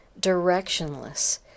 directionless